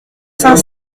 saint